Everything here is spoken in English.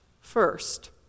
first